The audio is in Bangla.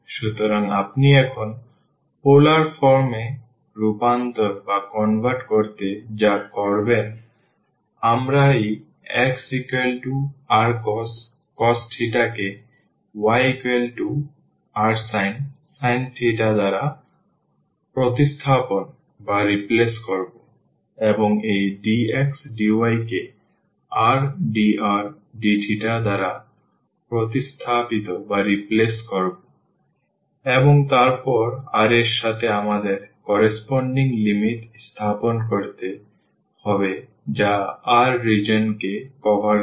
সুতরাং আপনি এখন পোলার ফর্ম এ রূপান্তর করতে যা করবেন আমরা এই xrcos কে yrsin দ্বারা প্রতিস্থাপন করব এবং এই dx dy কেrdrdθ দ্বারা প্রতিস্থাপিত করব এবং তারপর r এর সাথে আমাদের করেসপন্ডিং লিমিট স্থাপন করতে হবে যা r রিজিওনকে কভার করে